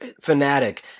fanatic